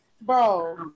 Bro